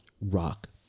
Rock